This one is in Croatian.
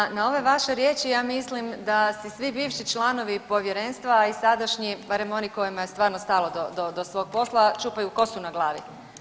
Dakle, na ove vaše riječi ja mislim da si svi bivši članovi povjerenstva i sadašnji, barem oni kojima je stvarno stalo do svog posla čupaju kosu na glavi.